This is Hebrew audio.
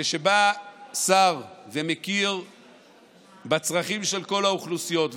כשבא שר ומכיר בצרכים של כל האוכלוסיות,